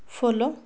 follow